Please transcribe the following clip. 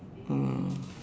ah